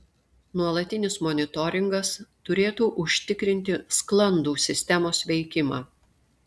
nuolatinis monitoringas turėtų užtikrinti sklandų sistemos veikimą